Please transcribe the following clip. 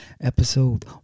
episode